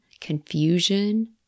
confusion